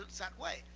that it's that way.